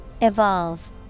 Evolve